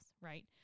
right